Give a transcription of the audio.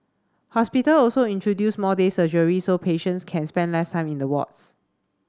hospital also introduced more day surgeries so patients can spend less time in the wards